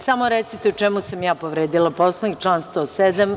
Samo recite u čemu sam ja povredila Poslovnik član 107?